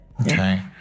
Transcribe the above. Okay